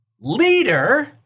Leader